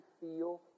feel